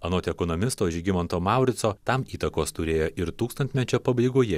anot ekonomisto žygimanto maurico tam įtakos turėjo ir tūkstantmečio pabaigoje